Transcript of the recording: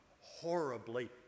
horribly